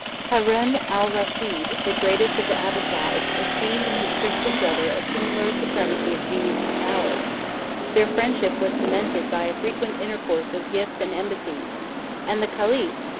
harun alrashid, the greatest of the abbassides, esteemed in his christian brother a similar supremacy of genius and power their friendship was cemented by a frequent intercourse of gifts and embassies and the caliph,